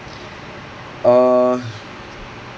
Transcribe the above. uh